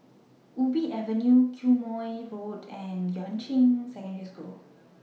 Ubi Avenue Quemoy Road and Yuan Ching Secondary School